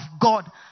God